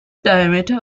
diameter